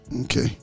Okay